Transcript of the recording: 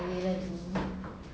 pergilah ambil sendiri